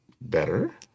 better